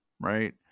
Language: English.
right